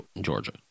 Georgia